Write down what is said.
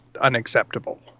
unacceptable